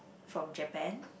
from Japan